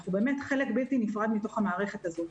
אנחנו באמת חלק בלתי נפרד מתוך המערכת הזאת.